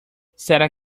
será